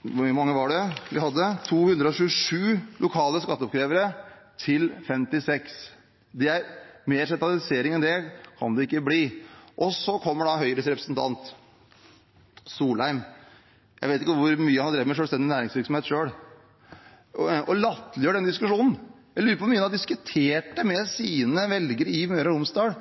hvor mange var det vi hadde – 227 lokale skatteoppkrevere til 56. Mer sentralisering enn det kan det ikke bli. Så kommer da Høyres representant Wang Soleim – jeg vet ikke hvor mye han har drevet med selvstendig næringsvirksomhet selv – og latterliggjør denne diskusjonen. Jeg lurer på hvor mye han har diskutert dette med sine velgere i Møre og Romsdal,